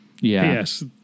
Yes